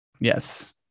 Yes